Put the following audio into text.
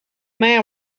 man